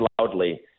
loudly